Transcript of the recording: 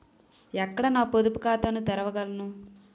ఎక్కడ నా పొదుపు ఖాతాను తెరవగలను?